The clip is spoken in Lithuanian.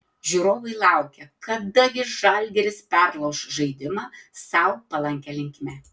žiūrovai laukė kada gi žalgiris perlauš žaidimą sau palankia linkme